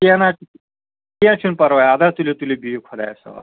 کیٚنٛہہ نہَ حظ کیٚنٛہہ چھُنہٕ پَرواے اَدٕ حظ تُلِو تُلِو بِہِو خدایَس حَوالہٕ